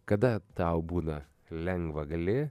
kada tau būna lengva gali